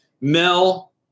mel